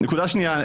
הנקודה השנייה,